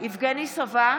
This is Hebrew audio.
יבגני סובה,